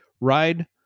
ride